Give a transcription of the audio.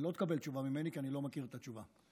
לא תקבל תשובה ממני, כי אני לא מכיר את התשובה.